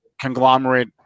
conglomerate